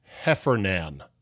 Heffernan